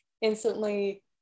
instantly